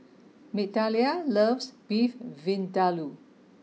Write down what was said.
Migdalia loves Beef Vindaloo